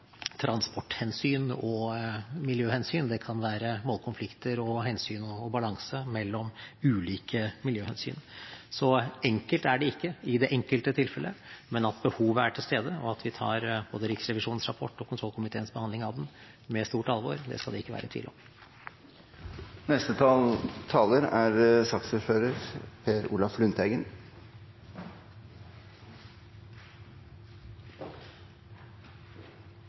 transporthensyn og miljøhensyn, det kan være målkonflikter og hensyn til balanse mellom ulike miljøhensyn. Enkelt er det altså ikke i det enkelte tilfellet, men at behovet er til stede, og at vi tar både Riksrevisjonens rapport og kontrollkomiteens behandling av den på stort alvor, det skal det ikke være tvil om.